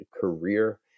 career